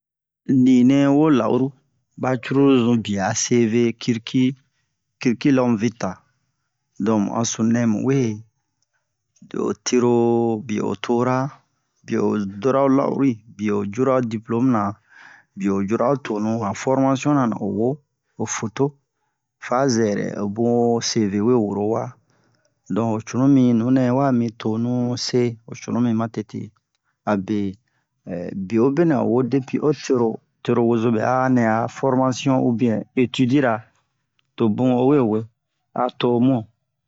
ninɛ wo la'uru ɓa curulu zun biye a CV curricu- curcurriculum vitæ donk mu a sununɛ mu wee biye o tero biye o tora biye o dora ho la'ɔri biye o cura o diplɔmu-na biye o cura ho tonu han fɔrmasiyon-na o wo o foto fa zɛrɛ ho bun ho CV we woro wa donk ho cunumi nunu wa mi tonu se ho cunumi matete abe bewobe nɛ o wo depi o tero tero wozobe anɛ a fɔrmasiyon ubiyɛn etidira to bun o we wee a to mun